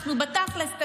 אנחנו בתכלס,